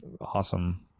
Awesome